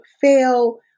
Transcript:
fail